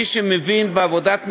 מי שמבין בעבודת משטרה,